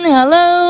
Hello